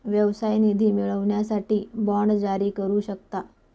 व्यवसाय निधी मिळवण्यासाठी बाँड जारी करू शकता